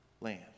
land